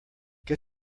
get